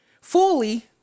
fully